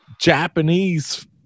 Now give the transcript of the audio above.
Japanese